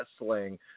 wrestling